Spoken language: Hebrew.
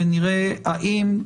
ונראה האם,